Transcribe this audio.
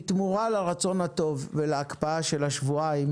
בתמורה לרצון הטוב ולהקפאה של השבועיים